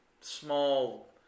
small